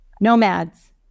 Nomads